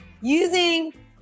using